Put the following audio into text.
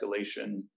escalation